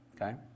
okay